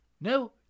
No